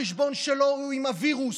החשבון שלו הוא עם הווירוס.